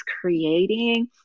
creating